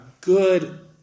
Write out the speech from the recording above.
good